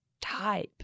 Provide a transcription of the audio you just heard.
type